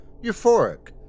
Euphoric